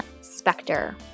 Spectre